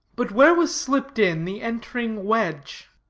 but where was slipped in the entering wedge?